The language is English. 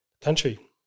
country